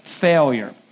failure